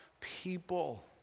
people